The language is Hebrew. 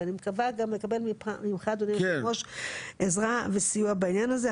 ואני מקווה גם לקבל ממך אדוני יושב הראש עזרה וסיוע בעניין הזה.